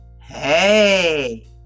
Hey